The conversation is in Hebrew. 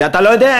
אתה לא יודע,